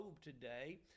today